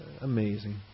amazing